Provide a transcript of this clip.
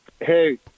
Hey